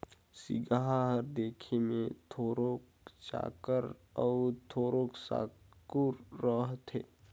सिगहा हर देखे मे थोरोक चाकर अउ थोरोक साकुर रहथे